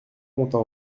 comptes